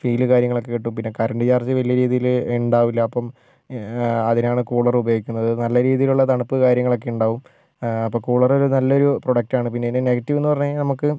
ഫീലും കാര്യങ്ങളൊക്കെ കിട്ടും പിന്നെ കറൻറ് ചാർജ് വലിയ രീതിയിൽ ഉണ്ടാവില്ല അപ്പം അതിനാണ് കൂളർ ഉപയോഗിക്കുന്നത് നല്ല രീതിയിലുള്ള തണുപ്പ് കാര്യങ്ങളൊക്കെ ഉണ്ടാവും അപ്പോൾ കൂളർ ഒരു നല്ലൊരു പ്രോഡക്റ്റ് ആണ് പിന്നെ ഇതിൻ്റെ നെഗറ്റീവ് എന്ന് പറഞ്ഞ് കഴിഞ്ഞാൽ നമുക്ക്